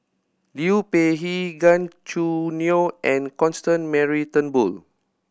Liu Peihe Gan Choo Neo and Constance Mary Turnbull